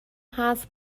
هست